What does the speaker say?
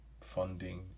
funding